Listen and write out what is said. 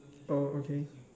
oh okay